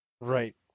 Right